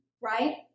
right